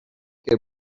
que